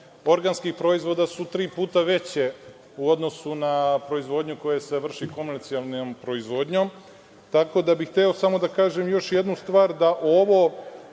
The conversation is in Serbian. organskih proizvoda su tri puta veće u odnosu na proizvodnju koja se vrši komercijalnom proizvodnjom. Tako da bih hteo samo da kažem još jednu stvar, da ova